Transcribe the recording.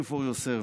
service,